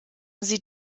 sie